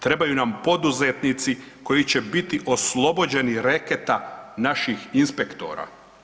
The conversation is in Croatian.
Trebaju nam poduzetnici koji će biti oslobođeni reketa naših inspektora.